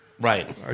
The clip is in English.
Right